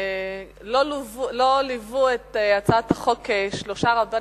לא ליוו את הצעת החוק שלושה רבנים.